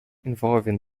involving